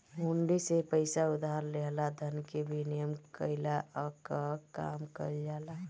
हुंडी से पईसा उधार लेहला धन के विनिमय कईला कअ काम कईल जाला